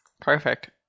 Perfect